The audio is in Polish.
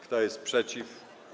Kto jest przeciw?